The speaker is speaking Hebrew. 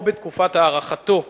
או בתקופת הארכתו,